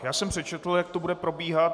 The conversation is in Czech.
Já jsem přečetl, jak to bude probíhat.